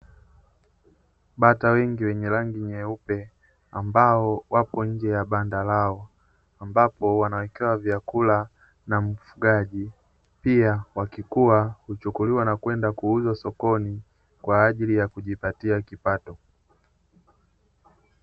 Bata wengi wenye rangi nyeupe ambao wapo nje ya banda lao ambapo wanawekewa vyakula na mfugaji, pia wakikua huchukuliwa na kwenda kuuzwa sokoni kwaajili ya kujipatia kipato.